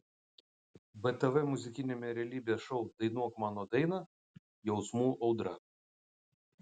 btv muzikiniame realybės šou dainuok mano dainą jausmų audra